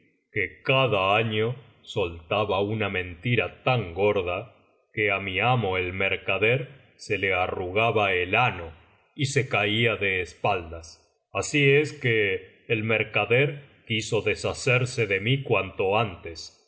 que cada año soltaba una mentira tan gorda que á mi amo el mercader se le arrugaba el ano y se caía de espaldas así es que el mercader quiso deshacerse de mí cuanto antes